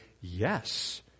yes